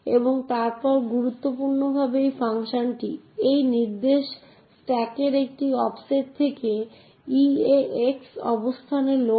এবং অনুরোধকারীর পরিচয়ের উপর ভিত্তি করে এই নিয়মগুলি যাচাই করা হয় এবং শুধুমাত্র যদি যাচাইকরণ পাস হয় তবেই এই অনুরোধকারীটি সংশ্লিষ্ট বস্তুতে অ্যাক্সেস পাবে